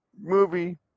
movie